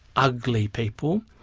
ugly people.